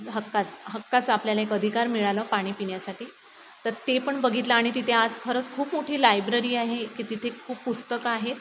हक्काचं हक्काचं आपल्याला एक अधिकार मिळालं पाणी पिण्यासाठी तर ते पण बघितलं आणि तिथे आज खरंच खूप मोठी लायब्ररी आहे की तिथे खूप पुस्तकं आहेत